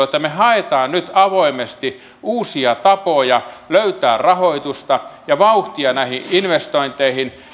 että me haemme nyt avoimesti uusia tapoja löytää rahoitusta ja vauhtia näihin investointeihin